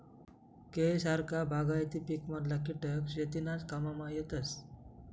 केळी सारखा बागायती पिकमधला किटक शेतीनाज काममा येतस